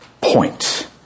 point